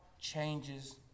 changes